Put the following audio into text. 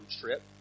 trip